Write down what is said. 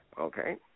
Okay